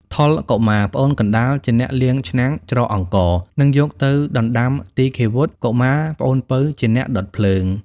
ថុល កុមារ (ប្អូនកណ្ដាល) ជាអ្នកលាងឆ្នាំង ច្រកអង្ករ និងយកទៅដណ្ដាំ ទីឃាវុត្ត កុមារ (ប្អូនពៅ) ជាអ្នកដុតភ្លើង។